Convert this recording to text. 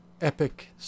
epic